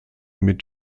mit